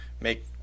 make